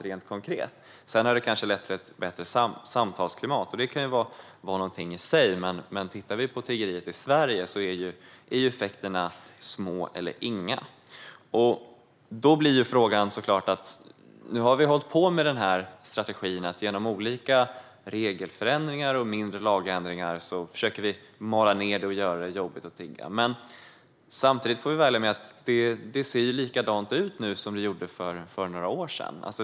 Det kanske har lett till ett bättre samtalsklimat, och det kan ju vara någonting i sig, men sett till tiggeriet i Sverige är effekterna små eller inga. Nu har vi alltså hållit på med strategin att genom olika regelförändringar och mindre lagändringar försöka mala ned det och göra det jobbigt att tigga. Samtidigt ser det likadant ut nu som det gjorde för några år sedan.